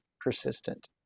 persistent